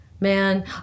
man